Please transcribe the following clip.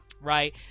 right